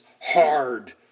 hard